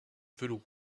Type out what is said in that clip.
velours